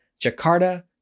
Jakarta